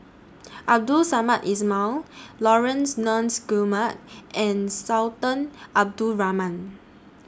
Abdul Samad Ismail Laurence Nunns Guillemard and Sultan Abdul Rahman